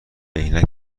عینک